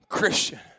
Christian